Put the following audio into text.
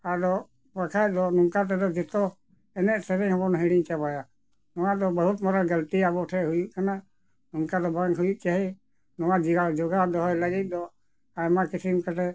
ᱟᱫᱚ ᱵᱟᱠᱷᱟᱱ ᱫᱚ ᱱᱚᱝᱠᱟ ᱛᱮᱫᱚ ᱡᱚᱛᱚ ᱮᱱᱮᱡ ᱥᱮᱨᱮᱧ ᱦᱚᱸᱵᱚᱱ ᱦᱤᱲᱤᱧ ᱪᱟᱵᱟᱭᱟ ᱱᱚᱣᱟ ᱫᱚ ᱵᱚᱦᱩᱛ ᱢᱟᱨᱟᱝ ᱜᱟᱹᱞᱛᱤ ᱟᱵᱚ ᱴᱷᱮᱱ ᱦᱩᱭᱩᱜ ᱠᱟᱱᱟ ᱱᱚᱝᱠᱟ ᱫᱚ ᱵᱟᱝ ᱦᱩᱭᱩᱜ ᱪᱟᱦᱮ ᱱᱚᱣᱟ ᱡᱚᱜᱟᱣ ᱫᱚᱦᱚᱭ ᱞᱟᱹᱜᱤᱫ ᱫᱚ ᱟᱭᱢᱟ ᱠᱤᱪᱷᱩ ᱠᱟᱛᱮ